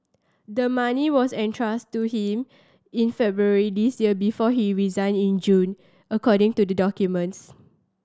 the money was entrusted to him in February this year before he resigned in June according to the documents